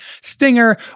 stinger